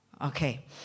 Okay